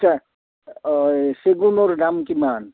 আচ্ছা চেগুনৰ দাম কিমান